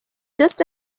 just